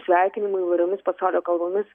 sveikinimų įvairiomis pasaulio kalbomis